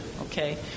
okay